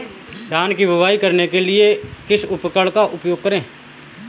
धान की बुवाई करने के लिए किस उपकरण का उपयोग करें?